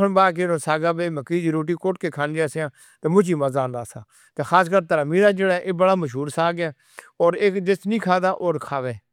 وی کھانی ہے، کھانی ہے، وڈا مزا آ دے تے خاص کر ایہ ترمیرے ساگ ہے اِسکو کھانی ہے یا منگ دی کرو تاں وڈا مزا، اندر تے وڈی تے کھانی ہے اِنکو تاں خاص کر۔ خاص کر پِچھوڑا لوکجَن وڈے پریشان کر دِیا سی۔